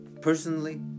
personally